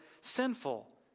sinful